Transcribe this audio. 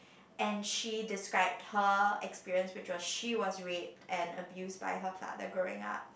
and she described her experience because she was raped and abused by her father growing up